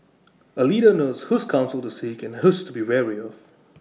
A leader knows whose counsel to seek and whose to be wary of